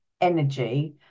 energy